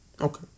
Okay